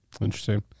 Interesting